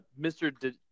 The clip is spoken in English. Mr